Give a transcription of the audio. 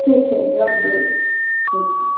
ठीक छै रख देल ठीक छै